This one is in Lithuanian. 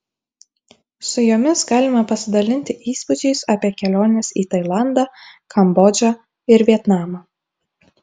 su jomis galima pasidalinti įspūdžiais apie keliones į tailandą kambodžą ir vietnamą